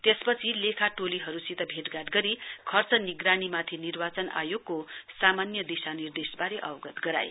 त्यसपछि लेखा टोलीहरुसित भेट गरी खर्च नीगरानीमाथि निर्वाचन आयोगको सामान्य दिशा निर्देशवारे अवगत गराए